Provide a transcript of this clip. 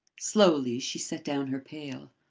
slowly she set down her pail.